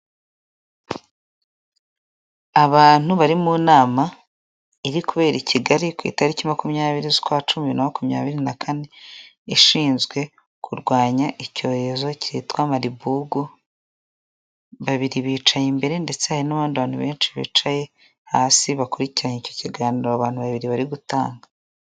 Abantu bari mu nama iri kubera i Kigali ku itariki makumyabiri z'ukwacumi, bibiri na makumyabiri na kane ishinzwe kurwanya icyorezo cyitwa maribugu babiri bicaye imbere ndetse hari n'abandi bantu benshi bicaye hasi bakurikiranye icyo kiganiro abantu babiri bari gutanga.